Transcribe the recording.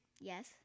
Yes